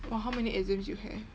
!wah! how many exams you have